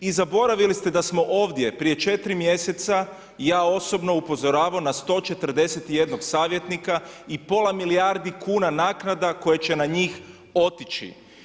I zaboravili ste da smo ovdje prije 4 mj. ja osobno upozoravao n a 141 savjetnika i pola milijardi kuna naknada koje će na njih otići.